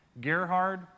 Gerhard